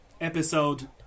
Episode